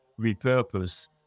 repurpose